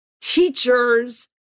teachers